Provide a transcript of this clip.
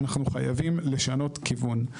אנחנו חייבים לשנות כיוון.